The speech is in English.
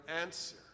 answer